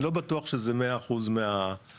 אני לא בטוח שזה 100% מהאינפורמציה.